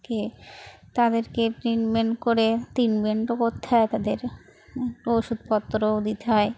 কে তাদেরকে ট্রিটমেন্ট করে ট্রিটমেন্টও করতে হয় তাদের ওষুধপত্রও দিতে হয়